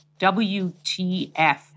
WTF